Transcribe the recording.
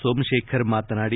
ಸೋಮಶೇಖರ್ ಮಾತನಾದಿ